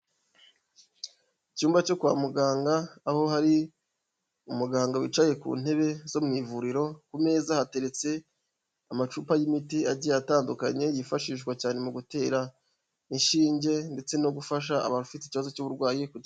Icyumba cyo kwa muganga aho hari umuganga wicaye ku ntebe zo mu ivuriro, ku meza hateretse amacupa y'imiti agiye atandukanye, yifashishwa cyane mu gutera inshinge ndetse no gufasha abafite ikibazo cy'uburwayi.